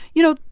you know,